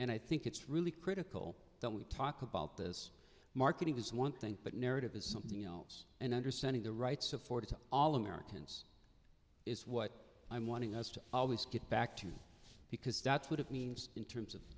and i think it's really critical that we talk about this market is one thing but narrative is something else and understanding the rights afforded to all americans is what i'm wanting us to always get back to because that's what it means in terms of